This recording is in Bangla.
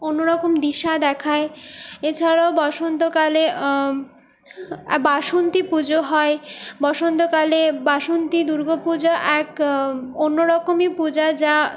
অন্যরকম দিশা দেখায় এছাড়াও বসন্তকালে বাসন্তীপুজো হয় বসন্তকালে বাসন্তী দুর্গপুজো এক অন্যরকমই পূজা যা